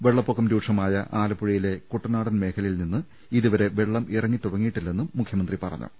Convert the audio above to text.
വെള്ളപ്പൊക്കം രൂക്ഷമായ ആലപ്പുഴയിലെ കുട്ട നാടൻ മേഖലയിൽ നിന്ന് ഇതുവരെ വെളളം ഇറങ്ങിത്തുടങ്ങിയിട്ടില്ലെന്നും മുഖ്യമന്ത്രി പറഞ്ഞു